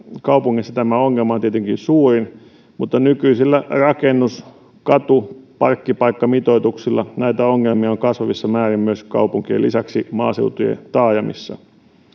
kaupungeissa tämä ongelma on tietenkin suurin mutta nykyisillä rakennus katu parkkipaikkamitoituksilla näitä ongelmia on kasvavissa määrin kaupunkien lisäksi myös maaseutujen taajamissa